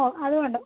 ഓ അത് വേണ്ട